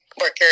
worker